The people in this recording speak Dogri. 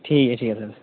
ठीक ऐ ठीक ऐ सर